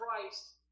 Christ